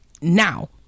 Now